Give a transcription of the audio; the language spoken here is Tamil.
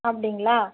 அப்படிங்களா